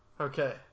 Okay